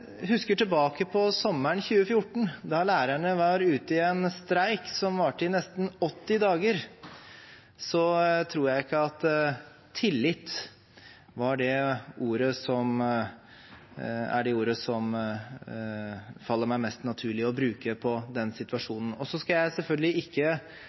husker tilbake til sommeren 2014, da lærerne var ute i en streik som varte i nesten 80 dager, tror jeg ikke at «tillit» er det ordet som faller meg mest naturlig å bruke om den situasjonen. Jeg skal selvfølgelig ikke